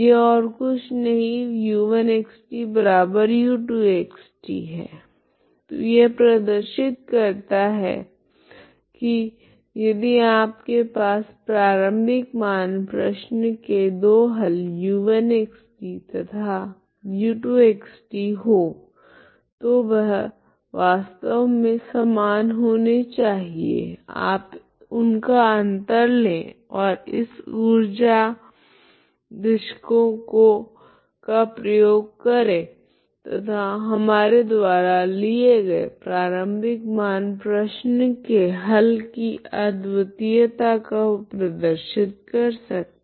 यह ओर कुछ नहीं u1xtu2xt है तो यह प्रदर्शित करता है की यदि आपके पास प्रारम्भिक मान प्रश्न के दो हल u1xt तथा u2xt हो तो वह वास्तव मे समान होने चाहिए आप उनका अंतर ले ओर इस ऊर्जा दृशिकों का प्रयोग करे तथा हमारे द्वारा लिए गए प्रारम्भिक मान प्रश्न के हल की अद्वितीयता को प्रदर्शित कर सकते है